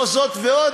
זאת ועוד,